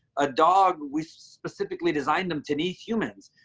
a dog with specifically designed them to be humans.